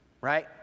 Right